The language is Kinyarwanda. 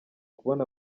kubona